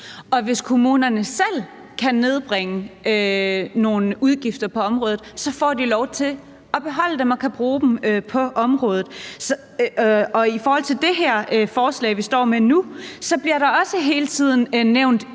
hvis kommunerne selv kan nedbringe nogle udgifter på området, så får de lov til at beholde kronerne og kan bruge dem på området. I forhold til det her forslag, vi står med nu, bliver der også hele tiden nævnt